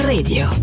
Radio